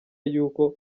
yuko